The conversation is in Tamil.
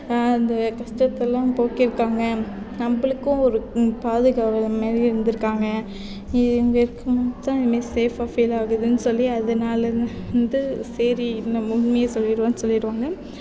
அந்த கஷ்டத்தெலாம் போக்கியிருக்காங்க நம்மளுக்கும் ஒரு பாதுகாவலன் மாதிரி இருந்திருக்காங்க இவங்க இருக்கும்போதுதான் சேஃப்பாக ஃபீல் ஆகுதுன்னு சொல்லி அதனால் தான் வந்து சரி உண்மையை சொல்லிவிடலாம்ன்னு சொல்லிவிடுவாங்க